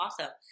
awesome